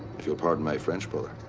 if you'll pardon my french, brother.